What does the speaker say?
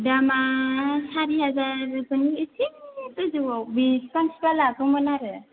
दामा सारि हाजारजों एसे गोजौआव बेसेबां सोबा लागौमोन आरो